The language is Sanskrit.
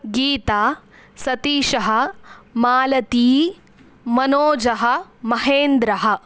गीता सतीशः मालती मनोजः महेन्द्रः